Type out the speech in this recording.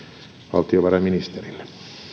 valtiovarainministerille